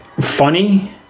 funny